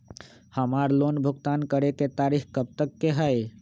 हमार लोन भुगतान करे के तारीख कब तक के हई?